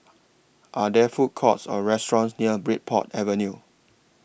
Are There Food Courts Or restaurants near Bridport Avenue